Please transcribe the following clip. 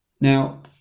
Now